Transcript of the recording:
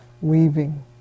weaving